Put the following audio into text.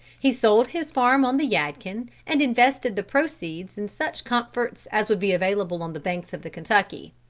he sold his farm on the yadkin and invested the proceeds in such comforts as would be available on the banks of the kentucky.